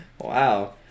Wow